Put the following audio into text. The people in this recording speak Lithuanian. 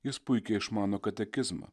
jis puikiai išmano katekizmą